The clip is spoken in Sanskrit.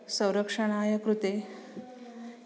संरक्षणाय कृते